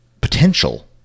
potential